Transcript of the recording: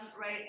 Right